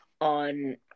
on